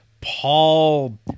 Paul